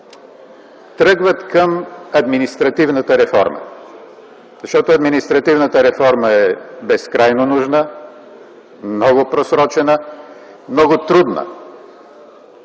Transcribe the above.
тръгват към административната реформа. Защото административната реформа е безкрайно нужна, много просрочена и много трудна.